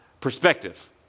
perspective